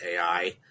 AI